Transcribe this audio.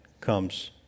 comes